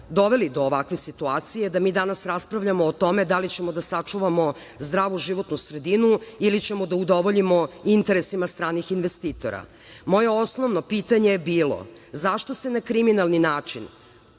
doveli do ovakve situacije, da mi danas raspravljamo o tome da li ćemo da sačuvamo zdravu životnu sredinu ili ćemo da udovoljimo interesima stranih investitora? Moje osnovno pitanje je bilo - zašto se na kriminalni način